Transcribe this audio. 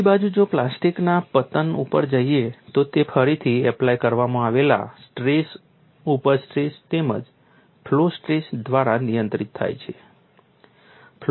બીજી બાજુ જો આપણે પ્લાસ્ટિકના પતન ઉપર જઈએ તો તે ફરીથી એપ્લાય કરવામાં આવેલા સ્ટ્રેસ ઉપજ સ્ટ્રેસ તેમજ ફ્લો સ્ટ્રેસ દ્વારા નિયંત્રિત થાય છે